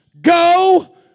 go